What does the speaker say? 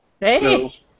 Hey